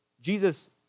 Jesus